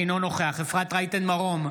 אינו נוכח אפרת רייטן מרום,